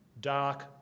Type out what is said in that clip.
dark